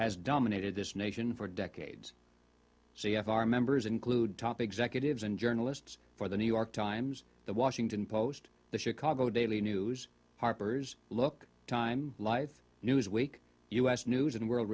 has dominated this nation for decades c f r members include top executives and journalists for the new york times the washington post the chicago daily news harper's look time life newsweek u s news and world